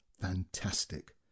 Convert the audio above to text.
fantastic